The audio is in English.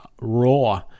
raw